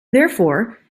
therefore